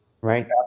right